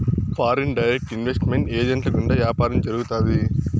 foreign direct investment ఏజెంట్ల గుండా వ్యాపారం జరుగుతాది